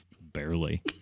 Barely